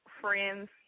friends